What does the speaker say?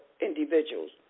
individuals